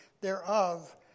thereof